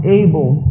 able